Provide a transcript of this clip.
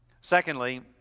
Secondly